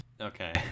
Okay